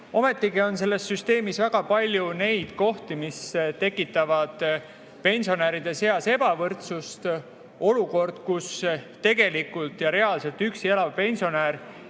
Ometigi on selles süsteemis väga palju neid kohti, mis tekitavad pensionäride seas ebavõrdsust. Olukord, kus tegelikult üksi elav pensionär